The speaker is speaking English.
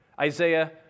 Isaiah